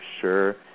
sure